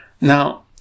Now